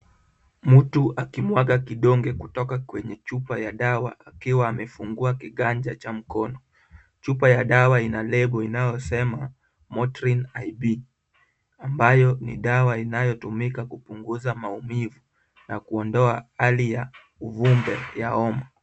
Mtu akimwga kidonge kutoka kwenye chup ya dawa akiwa amefungua kiganja cha mkono. Chupa ya dawa ina lebo inayosema Motrain IV, ambayo ni dawa inayotumika kupunguza maumivu na kuondoa hali ya uvumbe ya homa.